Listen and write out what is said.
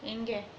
india